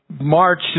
march